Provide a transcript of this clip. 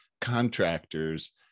contractors